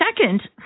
second